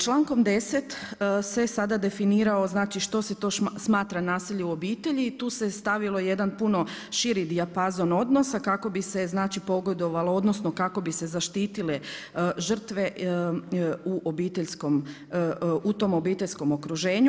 Člankom 10. se sada definiralo znači što se to smatra nasilje u obitelji i tu se stavilo jedan puno širi dijapazon odnosa kako bi se znači pogodovalo odnosno kako bi se zaštitile žrtve u obiteljskom, u tom obiteljskom okruženju.